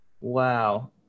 wow